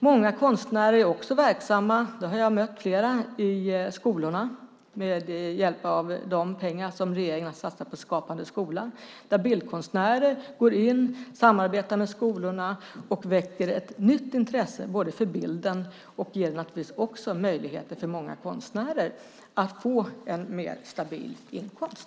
Många konstnärer är också verksamma i skolorna - jag har mött flera av dem - med hjälp av de pengar som regeringen har satsat på Skapande skola. Bildkonstnärer går in, samarbetar med skolorna och väcker ett nytt intresse för bilden, och det ger naturligtvis också möjligheter för många konstnärer att få en mer stabil inkomst.